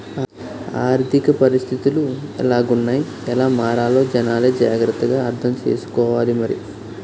ఆర్థిక పరిస్థితులు ఎలాగున్నాయ్ ఎలా మారాలో జనాలే జాగ్రత్త గా అర్థం సేసుకోవాలి మరి